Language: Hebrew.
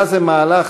היה זה מהלך